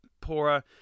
poorer